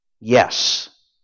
Yes